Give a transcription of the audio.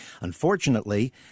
Unfortunately